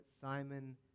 Simon